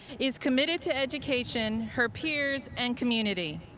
is committed to education, her peers and community.